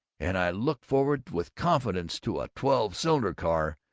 and i look forward with confidence to a twelve-cylinder car,